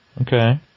Okay